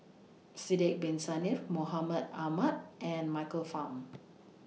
Sidek Bin Saniff Mahmud Ahmad and Michael Fam